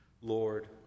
Lord